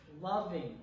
loving